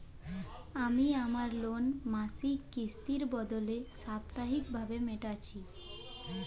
আমি আমার লোন মাসিক কিস্তির বদলে সাপ্তাহিক ভাবে মেটাচ্ছি